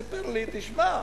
שסיפר לי: שמע,